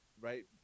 right